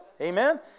amen